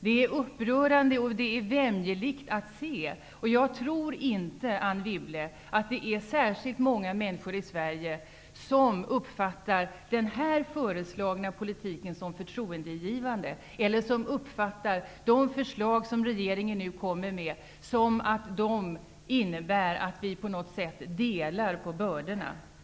Det är upprörande och vämjeligt att se. Jag tror inte, Anne Wibble, att särskilt många i Sverige uppfattar den här föreslagna politiken som förtroendeingivande eller som uppfattar de förslag som regeringen nu kommer med som att de innebär att vi på något sätt delar på bördorna.